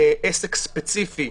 לעסק ספציפי,